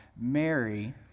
Mary